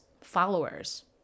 followers